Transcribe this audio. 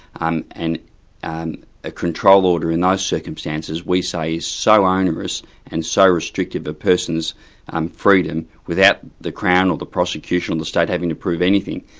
and and and a control order in those circumstances, we say is so onerous and so restricted, the person's and freedom, without the crown or the prosecution or the state having to prove anything,